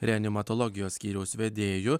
reanimatologijos skyriaus vedėju